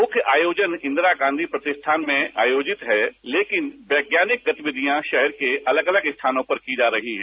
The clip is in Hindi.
मुख्य आयोजन इंदिरा गांधी प्रतिष्ठान में आयोजित है लेकिन वैज्ञानिक गतिविधियां शहर के अलग अलग स्थानों पर की जा रही है